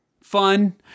fun